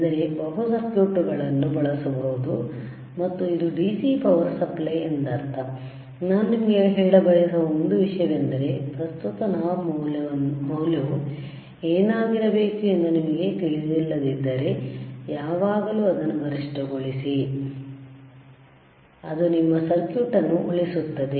ಅಂದರೆ ಬಹು ಸರ್ಕ್ಯೂಟ್ಗಳನ್ನು ಬಳಸಬಹುದು ಮತ್ತು ಇದು DC ಪವರ್ ಸಪ್ಲೈ ಎಂದರ್ಥ ನಾನು ನಿಮಗೆ ಹೇಳಬಯಸುವ ಒಂದು ವಿಷಯವೆಂದರೆ ಪ್ರಸ್ತುತ ನಾಬ್ ಮೌಲ್ಯವು ಏನಾಗಿರಬೇಕು ಎಂದು ನಿಮಗೆ ತಿಳಿದಿಲ್ಲದಿದ್ದರೆ ಯಾವಾಗಲೂ ಅದನ್ನು ಗರಿಷ್ಠಗೊಳಿಸಿ ಅದು ನಿಮ್ಮ ಸರ್ಕ್ಯೂಟ್ ಅನ್ನು ಉಳಿಸುತ್ತದೆ